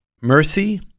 mercy